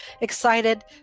excited